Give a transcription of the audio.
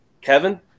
Kevin